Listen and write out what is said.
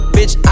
Bitch